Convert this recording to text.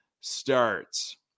starts